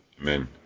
Amen